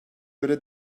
göre